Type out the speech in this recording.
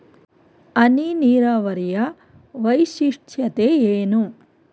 ಹನಿ ನೀರಾವರಿಯ ವೈಶಿಷ್ಟ್ಯತೆ ಏನು?